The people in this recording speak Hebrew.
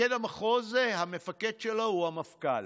מפקד המחוז, המפקד שלו הוא המפכ"ל.